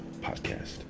podcast